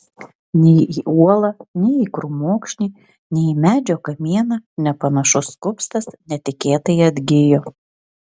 nei į uolą nei į krūmokšnį nei į medžio kamieną nepanašus kupstas netikėtai atgijo